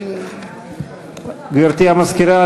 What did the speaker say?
גברתי המזכירה,